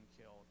killed